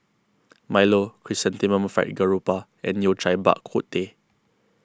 Milo Chrysanthemum Fried Garoupa and Yao Cai Bak Kut Teh